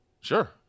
sure